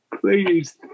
please